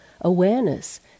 awareness